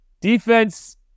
defense